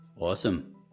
Awesome